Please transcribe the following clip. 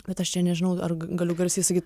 bet aš čia nežinau ar g galiu garsiai sakyt